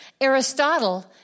Aristotle